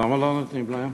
למה לא נותנים להם?